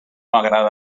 agrada